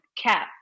Cap